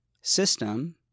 system